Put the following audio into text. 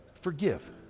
forgive